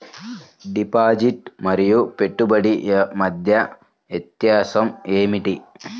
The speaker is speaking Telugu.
డిపాజిట్ మరియు పెట్టుబడి మధ్య వ్యత్యాసం ఏమిటీ?